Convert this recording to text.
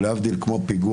להבדיל כמו פיגוע,